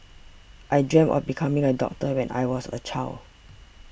I dreamt of becoming a doctor when I was a child